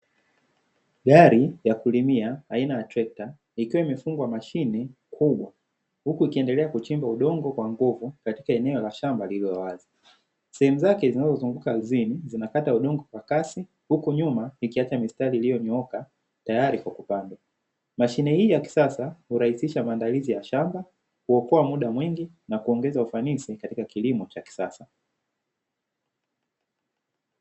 Gari ya kulimia aina ya trekta, ikiwa imefungwa mashine kubwa, huku ikiendelea kuchimba udongo kwa nguvu katika eneo la shamba lililo wazi, sehemu zake zilizozunguka ardhini zinakata udongo kwa kasi, huku nyuma zikiacha mistari iliyonyooka tayari kwa kupanda. Mashine hii ya kisasa hurahisisha maandalizi ya shamba, kuokoa muda mwingi na kuongeza ufanisi katika kilimo cha kisasa.